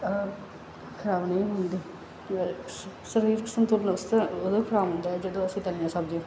ਖ਼ਰਾਬ ਨਹੀਂ ਹੁੰਦੀ ਅ ਸ ਸਰੀਰਕ ਸੰਤੁਲਨ ਓਦੋਂ ਖ਼ਰਾਬ ਹੁੰਦਾ ਜਦੋਂ ਅਸੀਂ ਤਲੀਆਂ ਸਬਜ਼ੀਆਂ